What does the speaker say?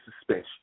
suspension